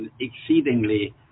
exceedingly